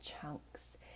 chunks